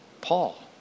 Paul